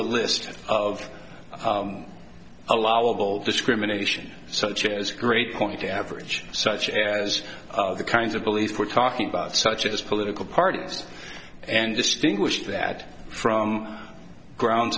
a list of allowable discrimination such as great point average such as the kinds of beliefs we're talking about such as political parties and distinguish that from grounds